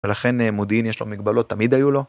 ולכן מודיעין יש לו מגבלות תמיד היו לו.